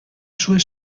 sue